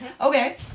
Okay